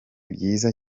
byiza